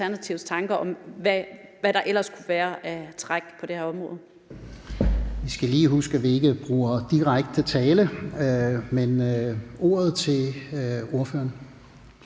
Vi skal lige huske, at vi ikke bruger til direkte tiltale. Jeg giver ordet til ordføreren.